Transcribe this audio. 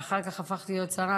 ואחר כך הפכת להיות שרה,